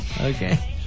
Okay